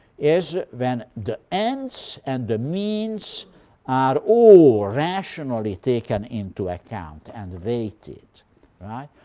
is when the ends and the means are all rationally taken into account and weighted. right?